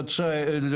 עכשיו,